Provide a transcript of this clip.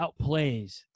outplays